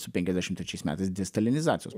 su penkiasdešim trečiais metais distalinizacijos